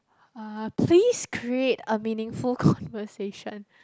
uh please create a meaningful conversation